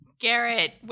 Garrett